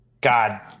god